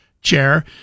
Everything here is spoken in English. chair